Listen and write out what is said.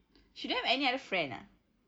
she don't have any other friend ah